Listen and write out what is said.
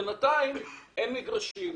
אבל בינתיים אין מגרשים,